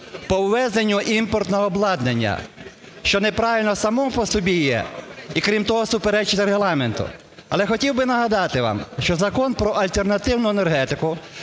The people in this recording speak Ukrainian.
по ввезенню імпортного обладнання, що неправильно само по собі є і, крім того, суперечить Регламенту. Але хотів би нагадати вам, що Закон про альтернативну енергетику